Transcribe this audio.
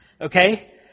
Okay